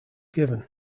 given